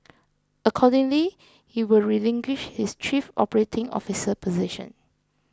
accordingly he will relinquish his chief operating officer position